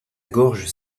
gorge